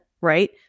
right